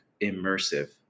immersive